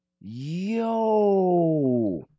Yo